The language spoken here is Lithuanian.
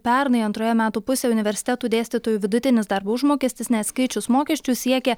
pernai antroje metų pusėje universitetų dėstytojų vidutinis darbo užmokestis neatskaičius mokesčių siekė